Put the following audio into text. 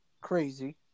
crazy